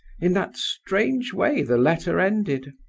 in that strange way the letter ended.